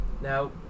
Now